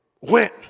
went